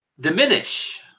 Diminish